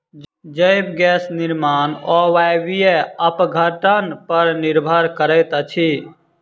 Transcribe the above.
जैव गैस निर्माण अवायवीय अपघटन पर निर्भर करैत अछि